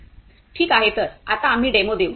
ठीक आहे तर आता आम्ही डेमो देऊ